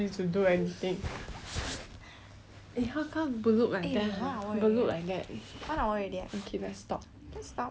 eh one hour already leh one hour already leh